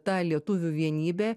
ta lietuvių vienybė